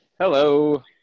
Hello